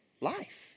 life